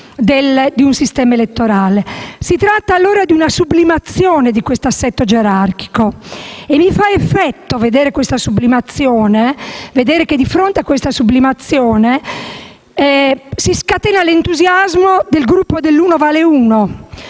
del sistema elettorale. Si tratta allora di una sublimazione di questo assetto gerarchico. Mi fa effetto vedere che, di fronte a questa sublimazione, si scateni l'entusiasmo del Gruppo «uno vale uno»;